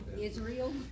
Israel